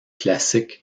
classiques